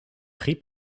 griep